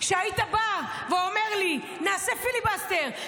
שהיית בא ואומר לי: נעשה פיליבסטר,